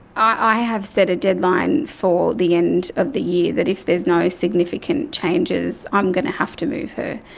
i have set a deadline for the end of the year that if there's no significant changes i'm going to have to move her.